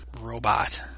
robot